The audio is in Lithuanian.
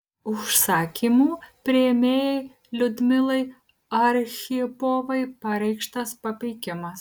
užsakymų priėmėjai liudmilai archipovai pareikštas papeikimas